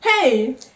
Hey